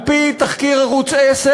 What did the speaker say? על-פי תחקיר של ערוץ 10,